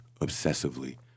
obsessively